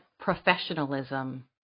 professionalism